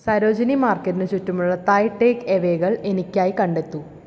സരോജിനി മാർക്കറ്റിന് ചുറ്റുമുള്ള Thai take എവേകൾ എനിക്കായി കണ്ടെത്തൂ